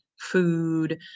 food